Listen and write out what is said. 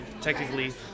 technically